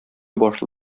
башлы